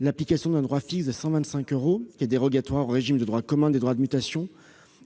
L'application d'un droit fixe de 125 euros est dérogatoire au régime de droit commun des droits de mutation.